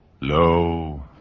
Lo